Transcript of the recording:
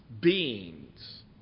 beings